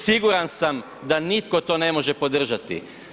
Siguran sam da nitko to ne može podržati.